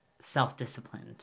self-disciplined